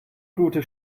gute